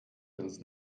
ins